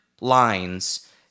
lines